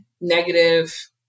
negative